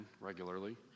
regularly